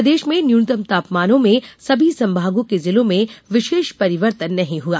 प्रदेश में न्यूनतम तापमानों सभी संभागों के जिलों में विशेष परिवर्तन नहीं हुआ